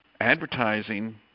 Advertising